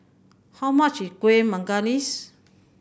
how much is Kuih Manggis